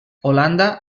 holanda